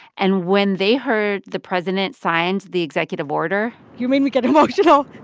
and when they heard the president signed the executive order. you made me get emotional.